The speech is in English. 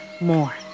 more